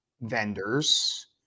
vendors